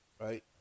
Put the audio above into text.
right